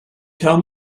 tell